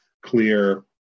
clear